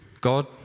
God